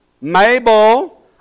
Mabel